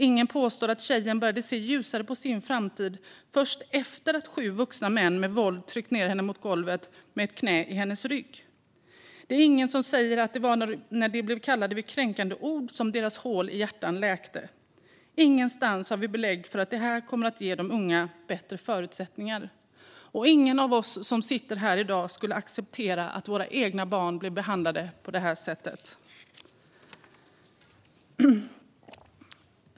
Ingen påstår att tjejen började se ljusare på sin framtid först efter att sju vuxna män med våld tryckt ned henne mot golvet med ett knä på hennes rygg. Det är ingen som säger att det var när de blev kallade för kränkande ord som ungdomarnas hål i hjärtat läkte. Ingenstans har vi belägg för att det här kommer ge de unga bättre förutsättningar. Ingen av oss som sitter här i dag skulle acceptera att våra egna barn blev behandlade på det här sättet.